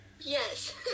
Yes